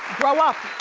grow up,